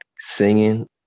singing